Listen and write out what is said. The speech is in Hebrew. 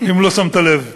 אם לא שמת לב.